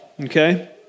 okay